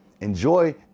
Enjoy